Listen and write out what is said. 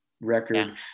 record